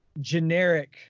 generic